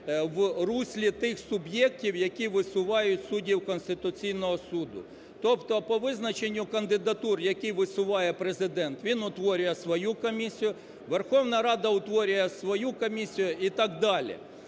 в руслі тих суб'єктів, які висувають суддів Конституційного Суду, тобто по визначенню кандидатур, які висуває Президент, він утворює свою комісію, Верховна Рада утворює свою комісію і так далі.